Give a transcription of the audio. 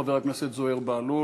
חבר הכנסת זוהיר בהלול,